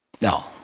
No